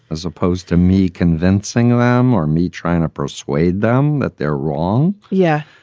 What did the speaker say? as opposed to me convincing them or me trying to persuade them that they're wrong. yeah.